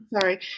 Sorry